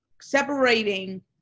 separating